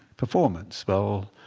performance. well,